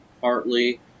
partly